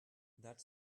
that